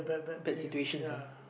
bad situations uh